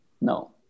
No